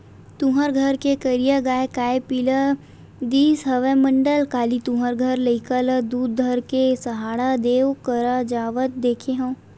तुँहर घर के करिया गाँय काय पिला दिस हवय मंडल, काली तुँहर घर लइका ल दूद धर के सहाड़ा देव करा जावत देखे हँव?